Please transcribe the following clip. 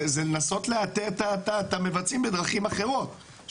זה לנסות לאתר את המבצעים בדרכים אחרות.